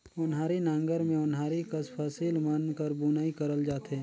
ओन्हारी नांगर मे ओन्हारी कस फसिल मन कर बुनई करल जाथे